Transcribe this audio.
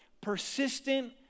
persistent